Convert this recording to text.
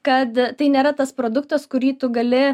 kad tai nėra tas produktas kurį tu gali